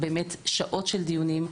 באמת שעות של דיונים.